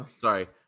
Sorry